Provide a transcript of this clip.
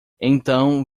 então